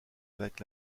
avec